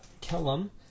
Kellum